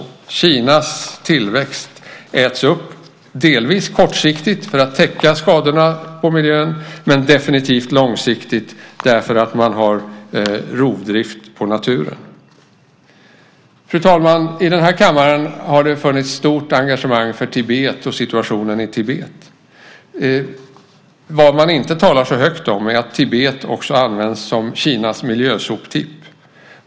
Kinas tillväxt äts alltså upp, delvis kortsiktigt för att täcka skadorna på miljön och definitivt långsiktigt därför att man tillämpar rovdrift på naturen. Fru talman! I den här kammaren har det funnits ett stort engagemang för Tibet och situationen i Tibet. Vad man inte talar så högt om är att Tibet också används som Kinas miljösoptipp.